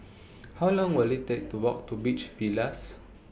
How Long Will IT Take to Walk to Beach Villas